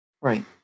Right